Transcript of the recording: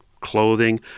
clothing